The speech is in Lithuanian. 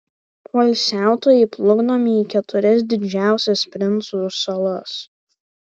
poilsiautojai plukdomi į keturias didžiausias princų salas